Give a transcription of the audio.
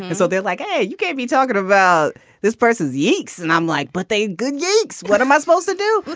so they're like, hey, you gave me talking about this person's eakes. and i'm like, but they are good geeks. what am i supposed to do?